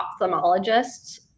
ophthalmologists